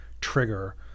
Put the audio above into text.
trigger